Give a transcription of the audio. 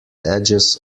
edges